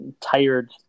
tired